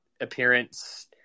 appearance